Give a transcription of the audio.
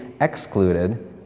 excluded